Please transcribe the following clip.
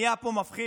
נהיה פה מפחיד.